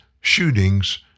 shootings